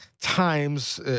times